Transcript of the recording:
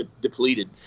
depleted